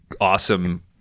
awesome